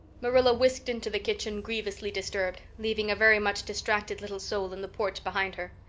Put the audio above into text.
marilla whisked into the kitchen, grievously disturbed, leaving a very much distracted little soul in the porch behind her.